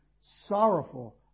sorrowful